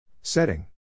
Setting